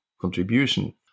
contribution